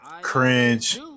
Cringe